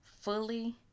fully